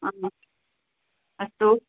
हा अस्तु